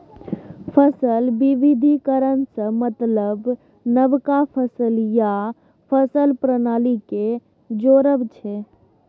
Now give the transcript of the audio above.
फसल बिबिधीकरण सँ मतलब नबका फसल या फसल प्रणाली केँ जोरब छै